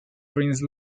prince